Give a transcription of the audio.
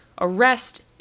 Arrest